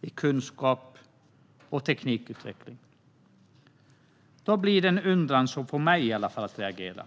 i kunskap och teknikutveckling. Detta får i alla fall mig att undra och reagera.